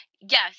Yes